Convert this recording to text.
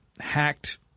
hacked